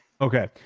Okay